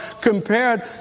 compared